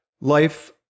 life